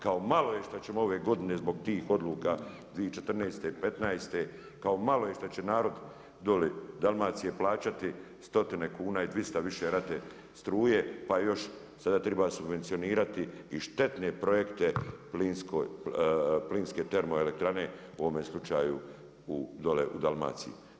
Kao malo je što ćemo ove godine zbog tih odluka 2014., 2015. kao malo je šta će narod dole Dalmacije plaćati stotine kuna i dvista više rate struje, pa još sada triba subvencionirati i štetne projekte plinske termoelektrane u ovome slučaju dole u Dalmaciji.